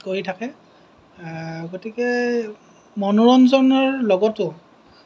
কৰি থাকে গতিকে মনোৰঞ্জনৰ লগতো